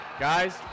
Guys